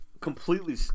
completely